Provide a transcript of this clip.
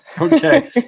Okay